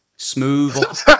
Smooth